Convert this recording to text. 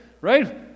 right